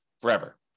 forever